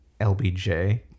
LBJ